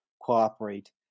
cooperate